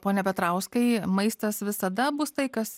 pone petrauskai maistas visada bus tai kas